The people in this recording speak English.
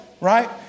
right